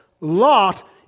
Lot